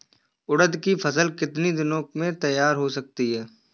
उड़द की फसल कितनी दिनों में तैयार हो जाती है?